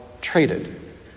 traded